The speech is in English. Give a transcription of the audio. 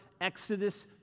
Exodus